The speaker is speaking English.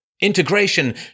Integration